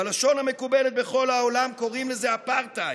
בלשון המקובלת בכל העולם קוראים לזה אפרטהייד.